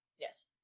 Yes